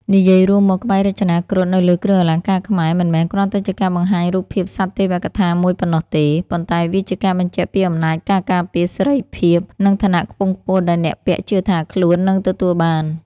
និយាយរួមមក ក្បាច់រចនាគ្រុឌនៅលើគ្រឿងអលង្ការខ្មែរ មិនមែនគ្រាន់តែជាការបង្ហាញរូបភាពសត្វទេវកថាមួយប៉ុណ្ណោះទេ ប៉ុន្តែវាជាការបញ្ជាក់ពី អំណាច ការការពារ សេរីភាព និង ឋានៈខ្ពង់ខ្ពស់ ដែលអ្នកពាក់ជឿថាខ្លួននឹងទទួលបាន។